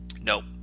Nope